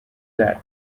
that